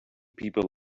people